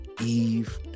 eve